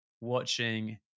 watching